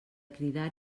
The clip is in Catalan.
cridar